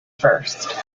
first